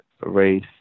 race